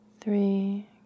three